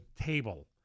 table